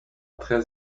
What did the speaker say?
très